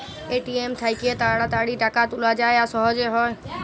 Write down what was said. ATM থ্যাইকে তাড়াতাড়ি টাকা তুলা যায় আর সহজে হ্যয়